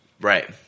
Right